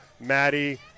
Maddie